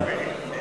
לא התקבלה.